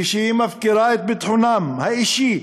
כשהיא מפקירה את ביטחונם האישי,